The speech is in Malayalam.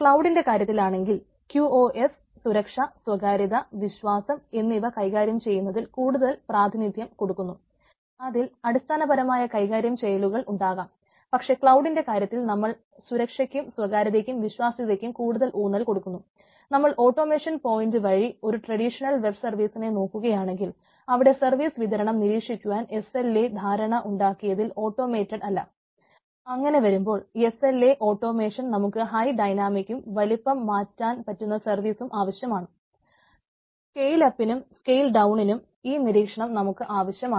ക്ലൌഡിന്റെ കാര്യത്തിൽ ആണെങ്കിൽ ക്യൂ ഒ എസ്സ് ഈ നിരീക്ഷണം നമുക്ക് ആവശ്യമാണ്